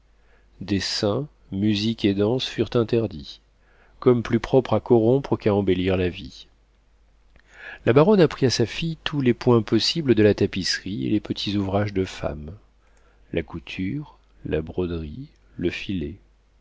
dessin musique et danse furent interdits comme plus propres à corrompre qu'à embellir la vie la baronne apprit à sa fille tous les points possibles de la tapisserie et les petits ouvrages de femme la couture la broderie le filet